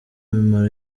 mimaro